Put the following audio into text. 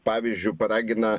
pavyzdžiui paragina